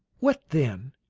what then?